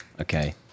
Okay